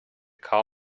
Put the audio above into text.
car